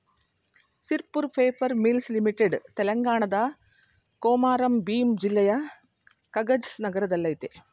Sirpur paper mills limited ತೆಲಂಗಾಣದ ಕೊಮಾರಂ ಭೀಮ್ ಜಿಲ್ಲೆಯ ಕಗಜ್ ನಗರದಲ್ಲಯ್ತೆ